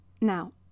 Now